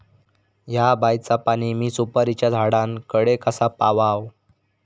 हया बायचा पाणी मी सुपारीच्या झाडान कडे कसा पावाव?